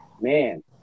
man